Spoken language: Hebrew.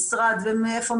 שלוש,